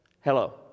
hello